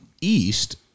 East